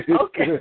Okay